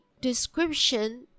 description